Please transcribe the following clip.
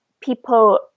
people